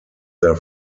their